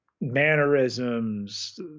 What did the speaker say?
mannerisms